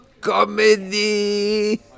comedy